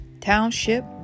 township